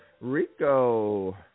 Rico